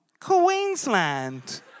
Queensland